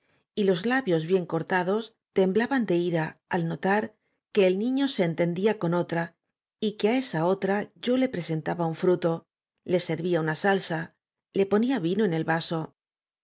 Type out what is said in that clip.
b l a b a n de ira al notar q u e el n i ñ o s e entendía con otra y que á esa otra y o le p r e sentaba un fruto le servía una salsa le p o n í a